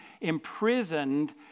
imprisoned